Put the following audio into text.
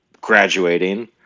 graduating